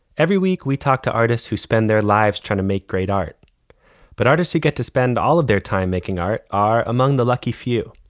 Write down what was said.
every week we talk to artists who spend their lives trying to make great art but artists who get to spend all of their time making art are among the lucky few.